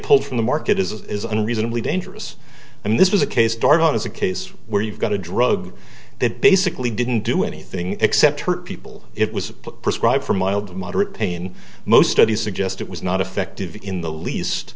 pulled from the market is unreasonably dangerous and this was a case start on is a case where you've got a drug that basically didn't do anything except hurt people it was prescribed for mild moderate pain most of the suggest it was not effective in the least